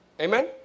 Amen